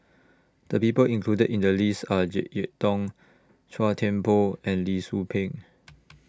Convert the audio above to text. The People included in The list Are Jek Yeun Thong Chua Thian Poh and Lee Tzu Pheng